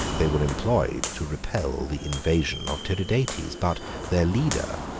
they were employed to repel the invasion of tiridates but their leader,